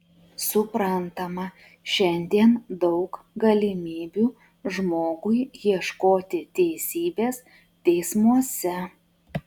suprantama šiandien daug galimybių žmogui ieškoti teisybės teismuose